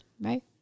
Right